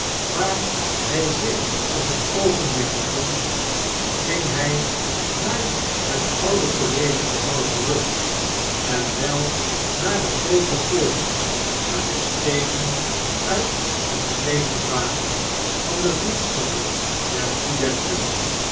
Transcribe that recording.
waar hij zich op het oogenblik bevond ging hij naar het oude coilege-gebouw terng en wel naar de groote poort waar de steenen uitgesleten waren van de voetstappen der studenten